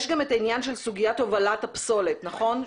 יש גם את העניין של סוגיית הובלת הפסולת, נכון?